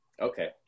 okay